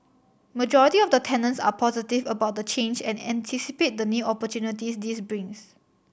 majority of the tenants are positive about the change and anticipate the new opportunities this brings